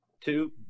two –